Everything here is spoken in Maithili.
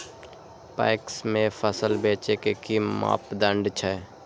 पैक्स में फसल बेचे के कि मापदंड छै?